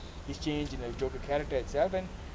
and his change in the joker character